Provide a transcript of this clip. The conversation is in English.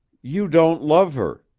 you don't love her,